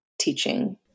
teaching